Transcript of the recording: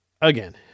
again